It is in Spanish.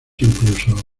incluso